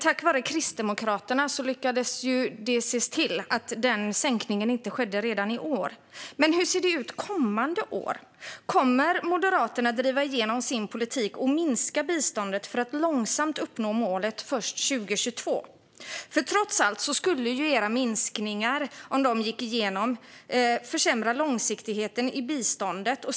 Tack vare Kristdemokraterna lyckades det ses till att den sänkningen inte skedde redan i år. Men hur ser det ut kommande år? Kommer Moderaterna att driva igenom sin politik och minska biståndet för att långsamt uppnå målet först 2022? Trots allt skulle era minskningar om de gick igenom försämra långsiktigheten i biståndet.